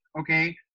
okay